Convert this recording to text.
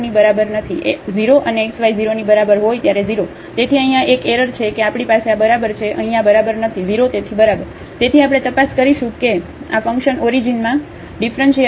0 અને xy 0 ની બરાબર હોય ત્યારે 0 તેથી અહીં આ એક એરર છે કે આપણી પાસે આ બરાબર છે અહીં આ બરાબર નથી 0 તેથી બરાબર તેથી આપણે તપાસ કરીશું કે આ ફંક્શન ઓરીજીન માં ઙીફરન્શીએબલ છે કે નહીં